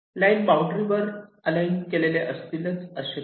line boundary वर align असतील असे नाही